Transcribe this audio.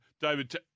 David